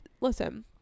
listen